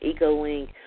Ecolink